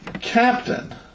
Captain